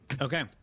okay